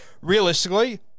realistically